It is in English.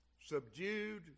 subdued